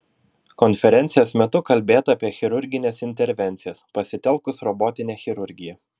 konferencijos metu kalbėta apie chirurgines intervencijas pasitelkus robotinę chirurgiją